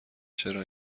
چرا